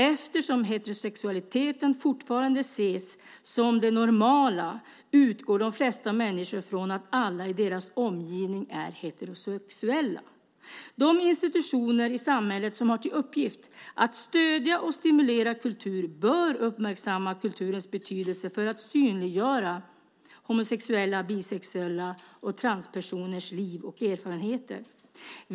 Eftersom heterosexualiteten fortfarande ses som det normala utgår de flesta människor från att alla i deras omgivning är heterosexuella. De institutioner i samhället som har till uppgift att stödja och stimulera kultur bör uppmärksamma kulturens betydelse för att synliggöra homosexuellas, bisexuellas och transpersoners liv och erfarenheter.